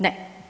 Ne!